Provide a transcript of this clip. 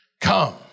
Come